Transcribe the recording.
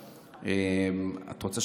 את רוצה שאני אקריא קצת?